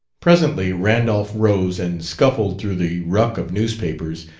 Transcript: presently randolph rose and scuffled through the ruck of newspapers,